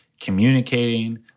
communicating—